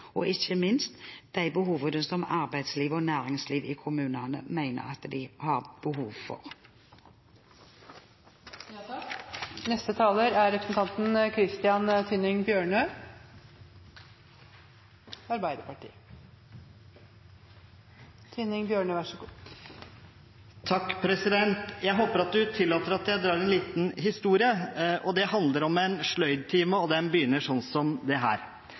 og – ikke minst – de behovene som arbeidsliv og næringsliv i kommunene mener at de har. Jeg håper at presidenten tillater at jeg drar en liten historie. Det handler om en sløydtime, og den begynner slik: «En skarp plystrelyd skar gjennom luften i sløydsalen som